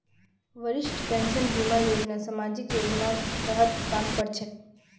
वरिष्ठ पेंशन बीमा योजना सामाजिक योजनार तहत काम कर छेक